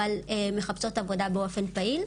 אבל מחפשות עבודה באופן פעיל.